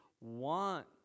want